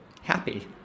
happy